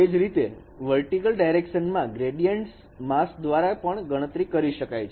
તે જ રીતે વર્ટિકલ ડાયરેક્શન માં ગ્રેડીયાન્ટસ માંસ્ક દ્વારા પણ ગણતરી કરી શકાય છે